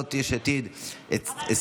סיעת יש עתיד הסירו,